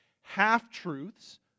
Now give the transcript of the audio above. Half-Truths